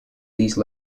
these